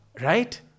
Right